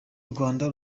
rwanda